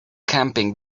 camping